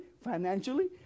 financially